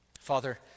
Father